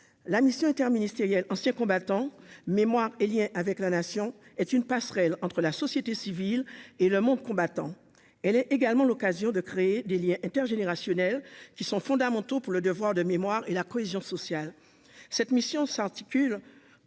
la Mission interministérielle Anciens combattants, mémoire et Liens avec la nation est une passerelle entre la société civile et le monde combattant, elle est également l'occasion de créer des Liens intergénérationnels qui sont fondamentaux pour le devoir de mémoire et la cohésion sociale, cette mission s'articule